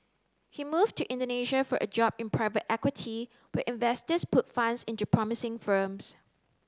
he moved to Indonesia for a job in private equity where investors put funds into promising firms